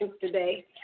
today